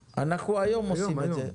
היום אנחנו עושים את זה.